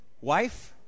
wife